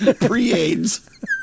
Pre-AIDS